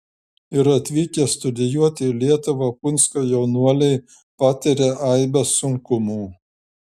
ir atvykę studijuoti į lietuvą punsko jaunuoliai patiria aibes sunkumų